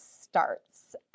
starts